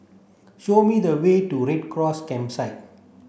show me the way to Red Cross Campsite